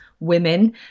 women